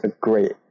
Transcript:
great